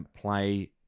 Play